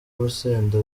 urusenda